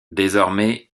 désormais